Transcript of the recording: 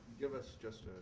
give us just